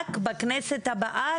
המאבק בכנסת הבאה,